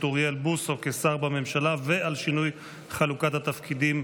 אוריאל בוסו כשר בממשלה ועל שינוי חלוקת התפקידים